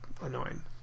annoying